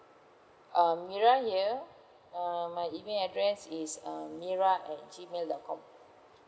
um mira here um my email address is um mira at G mail dot com